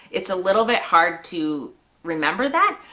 it's a little bit hard to remember that,